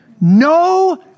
No